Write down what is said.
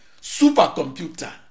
supercomputer